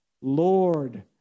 Lord